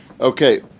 Okay